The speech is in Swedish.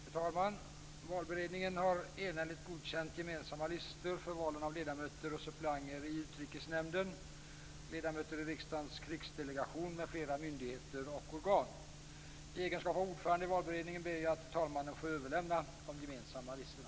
Fru talman! Valberedningen har enhälligt godkänt gemensamma listor för valen av ledamöter och suppleanter i Utrikesnämnden, ledamöter i Riksdagens krigsdelegation m.fl. myndigheter och organ. I egenskap av ordförande i valberedningen ber jag att till talmannen få överlämna de gemensamma listorna.